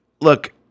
look